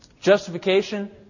Justification